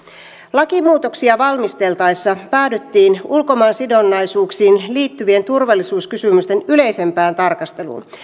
lakimuutoksia valmisteltaessa päädyttiin ulkomaansidonnaisuuksiin liittyvien turvallisuuskysymysten yleisempään tarkasteluun